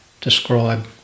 describe